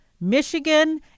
Michigan